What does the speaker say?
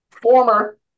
former